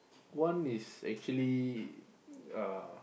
one is actually uh